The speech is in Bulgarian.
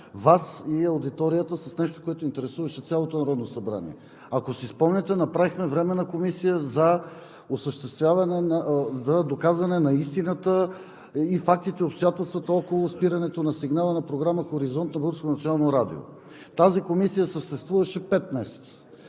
Вас и аудиторията с нещо, което интересуваше цялото Народно събрание. Ако си спомняте, направихме Временна комисия за доказване на истината, фактите и обстоятелствата около спирането на сигнала на програма „Хоризонт“ на Българското национално радио. Тази комисия съществуваше пет месеца